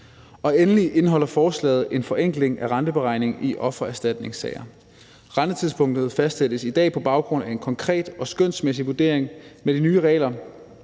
Og endelig indeholder forslaget en forenkling af renteberegningen i offererstatningssager. Rentetidspunktet fastsættes i dag på baggrund af en konkret og skønsmæssig vurdering. Med de nye regler